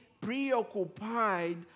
preoccupied